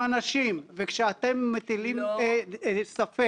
מולנו כדי להצר את צעדינו ובסוף גם לומר: